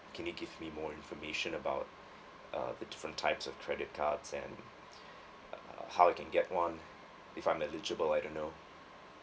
can you give me more information about uh the different types of credit card and uh how I can get one if I'm eligible I don't know